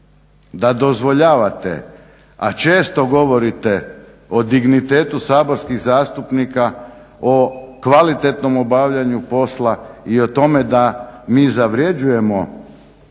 da dozvoljavate, a često govorite o dignitetu saborskih zastupnika, o kvalitetnom obavljanju posla i o tome da mi zavređujemo